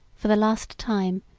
for the last time,